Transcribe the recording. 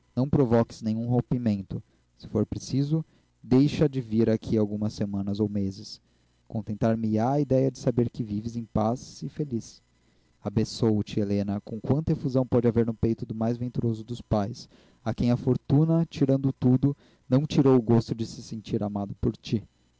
não provoques nenhum rompimento se for preciso deixa de vir aqui algumas semanas ou meses contentar me ia a idéia de saber que vives em paz e feliz abençôo te helena com quanta efusão pode haver no peito do mais venturoso dos pais a quem a fortuna tirando tudo não tirou o gosto de se sentir amado por ti